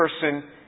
person